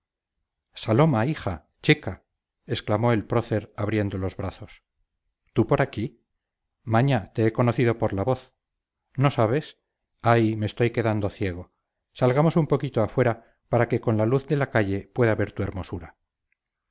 saloma hija chica exclamó el prócer abriendo los brazos tú por aquí maña te he conocido por la voz no sabes ay me estoy quedando ciego salgamos un poquito afuera para que con la luz de la calle pueda ver tu hermosura